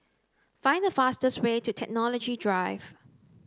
find the fastest way to Technology Drive